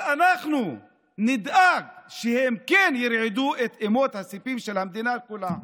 אנחנו נדאג שהם כן ירעידו את אמות הסיפים של המדינה כולה.